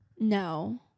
No